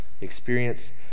experienced